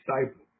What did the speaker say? disciple